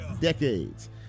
decades